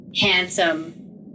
handsome